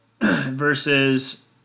versus